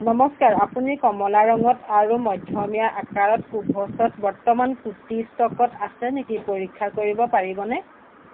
নমস্কাৰ আপুনি কমলা ৰঙত আৰু মধ্যমীয়া আকাৰত কুভছ্ত বৰ্তমান কূৰ্তি ষ্টকত আছে নেকি পৰীক্ষা কৰিব পাৰিবনে